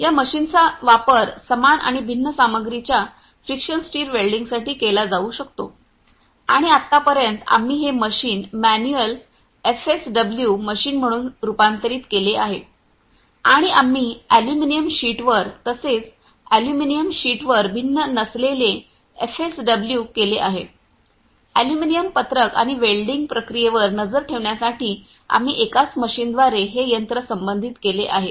या मशीनचा वापर समान आणि भिन्न सामग्रीच्या फ्रिक्शन स्ट्रार वेल्डिंगसाठी केला जाऊ शकतो आणि आतापर्यंत आम्ही हे मशीन मॅन्युअल एफएसडब्ल्यू मशीन म्हणून रूपांतरित केले आहे आणि आम्ही एल्युमिनियम शीटवर तसेच एल्युमिनियम शीटवर भिन्न नसलेले एफएसडब्ल्यू केले आहे अॅल्युमिनियम पत्रक आणि वेल्डिंग प्रक्रियेवर नजर ठेवण्यासाठी आम्ही एकाच मशीनद्वारे हे यंत्र संबंधित केले आहे